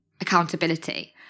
accountability